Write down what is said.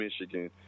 Michigan